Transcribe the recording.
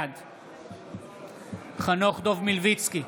בעד חנוך דב מלביצקי,